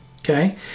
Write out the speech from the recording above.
Okay